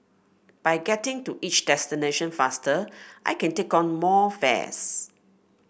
by getting to each destination faster I can take on more fares